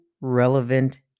relevant